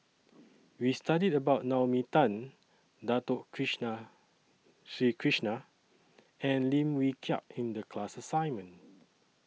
We studied about Naomi Tan Dato Krishna Sri Krishna and Lim Wee Kiak in The class assignment